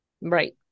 Right